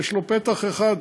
יש לו פתח אחד,